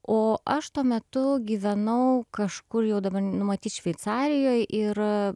o aš tuo metu gyvenau kažkur jau dabar nu matyt šveicarijoj ir